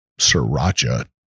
sriracha